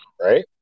right